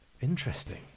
interesting